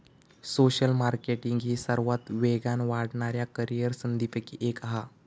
social marketing ही सर्वात वेगान वाढणाऱ्या करीअर संधींपैकी एक हा